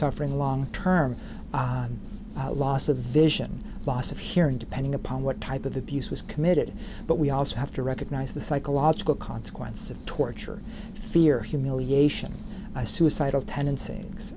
suffering long term loss of vision loss of hearing depending upon what type of abuse was committed but we also have to recognize the psychological consequence of torture fear humiliation i suicidal tendencies